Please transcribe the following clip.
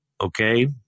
okay